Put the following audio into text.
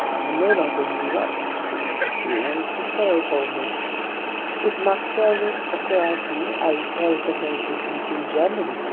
i no longer knew what tactic to pursue, when conseil told me if master will authorize me, i'll tell the whole business in german.